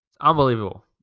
Unbelievable